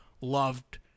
loved